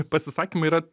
pasisakymai yra